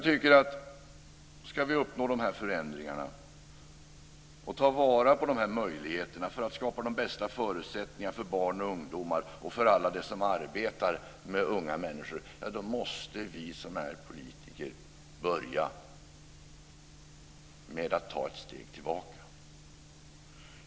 Om vi ska uppnå de här förändringarna och ta vara på möjligheterna att skapa de bästa förutsättningarna för barn och ungdomar och alla dem som arbetar med unga människor måste vi som är politiker börja med att ta ett steg tillbaka.